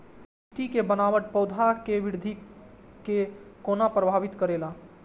मिट्टी के बनावट पौधा के वृद्धि के कोना प्रभावित करेला?